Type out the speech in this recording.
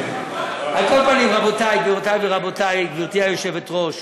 על כל פנים, גבירותי ורבותי, גברתי היושבת-ראש,